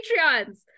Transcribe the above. Patreons